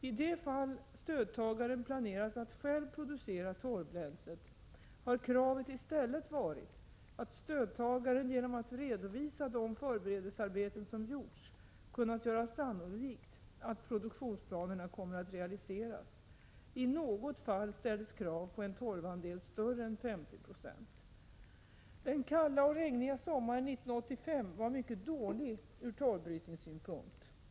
I det fall stödtagaren planerat att själv producera torvbränslet har kravet i stället varit att stödtagaren, genom att redovisa de förberedelsearbeten som gjorts, kunnat göra sannolikt att produktionsplanerna kommer att realiseras. I något fall ställdes krav på en torvandel större än 50 96. Den kalla och regniga sommaren 1985 var mycket dålig från torvbrytningssynpunkt.